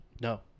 no